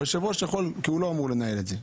אבל היושב-ראש יכול כי הוא לא אמור לנהל את זה.